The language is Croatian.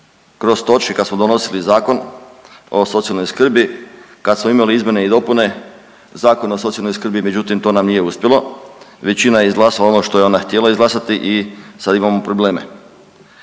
kroz točke kad smo donosili Zakon o socijalnoj skrbi, kad smo imali izmjene i dopune Zakona o socijalnoj skrbi, međutim to nam nije uspjelo, većina je izglasala ono što je ona htjela izglasati i sad imamo probleme.